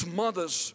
mothers